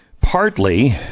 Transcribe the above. Partly